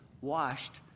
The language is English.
washed